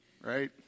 right